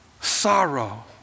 sorrow